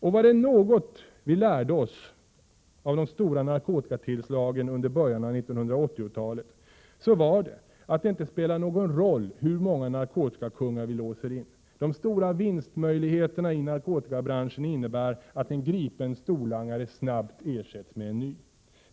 Om det var något vi lärde oss av de stora narkotikatillslagen under början av 1980-talet så var det att det inte spelar någon roll hur många narkotikakungar vi låser in. De stora vinstmöjligheterna i narkotikabranschen innebär att en gripen storlangare snabbt ersätts med en ny.